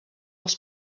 els